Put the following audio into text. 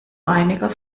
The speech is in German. einiger